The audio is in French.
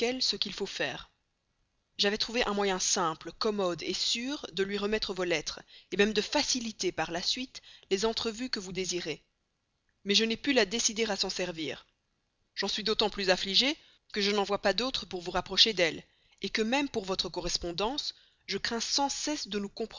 ce qu'il faut faire j'avais trouvé un moyen simple commode sûr de lui remettre vos lettres même de faciliter par la suite les entrevues que vous désirez mais je n'ai pas pu la décider à s'en servir j'en suis d'autant plus affligé que je n'en vois pas d'autre pour vous rapprocher d'elle que même pour votre correspondance je crains sans cesse de nous